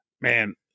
man